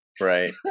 Right